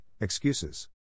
excuses